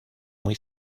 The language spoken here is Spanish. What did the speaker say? muy